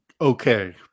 okay